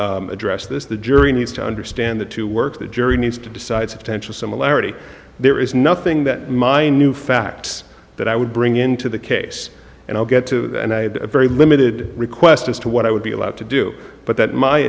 address this the jury needs to understand that to work the jury needs to decide substantial similarity there is nothing ing that my new facts that i would bring into the case and i'll get to a very limited request as to what i would be allowed to do but that my